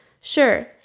Sure